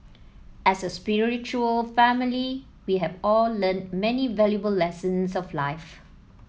as a spiritual family we have all learned many valuable lessons of life